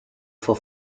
for